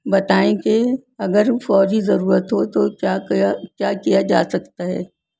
بتائیں کہ اگر فوجی ضرورت ہو تو کیا کیا کیا کیا جا سکتا ہے